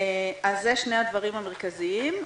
אלה שני הדברים המרכזיים.